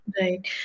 right